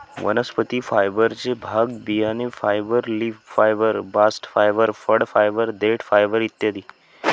वनस्पती फायबरचे भाग बियाणे fibre, leaf fibre, bast fibre, फळ फायबर, देठ फायबर इ